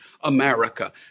America